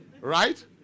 Right